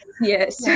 Yes